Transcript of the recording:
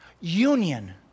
Union